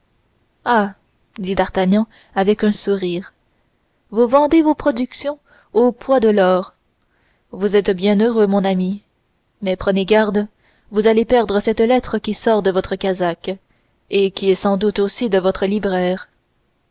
dit d'artagnan avec un sourire vous vendez vos productions au poids de l'or vous êtes bien heureux mon ami mais prenez garde vous allez perdre cette lettre qui sort de votre casaque et qui est sans doute aussi de votre libraire